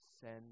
Send